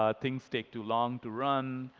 ah things take too long to run,